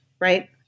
right